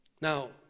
Now